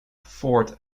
ford